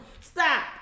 stop